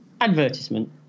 Advertisement